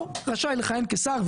לא רשאי לכהן כשר,